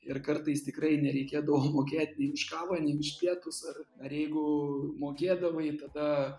ir kartais tikrai nereikėdavo mokėt nei už kavą nei už pietus ar ar jeigu mokėdavai tada